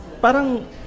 parang